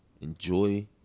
Enjoy